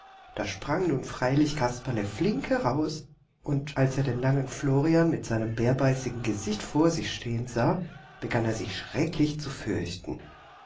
da sprang nun freilich kasperle flink heraus und als er den langen florian mit seinem bärbeißigen gesicht vor sich stehen sah begann er sich schrecklich zu fürchten